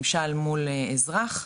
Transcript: ממשל מול אזרח,